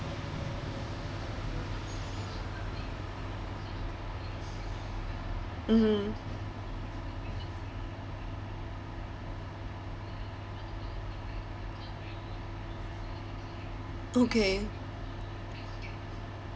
mmhmm okay